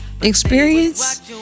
Experience